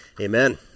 Amen